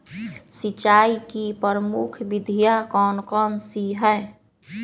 सिंचाई की प्रमुख विधियां कौन कौन सी है?